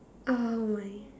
oh my